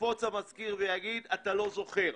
יקפוץ המזכיר ויגידו: אתה לא זוכר.